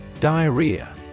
Diarrhea